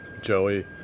Joey